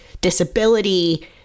disability